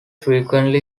frequently